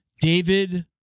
David